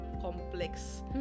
complex